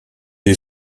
est